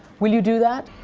will you do that?